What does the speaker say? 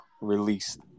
released